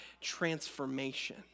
transformation